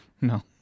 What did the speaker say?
No